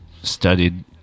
Studied